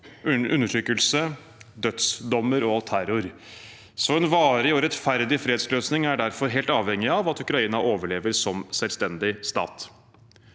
undertrykkelse, dødsdommer og terror. En varig og rettferdig fredsløsning er derfor helt avhengig av at Ukraina overlever som selvstendig stat.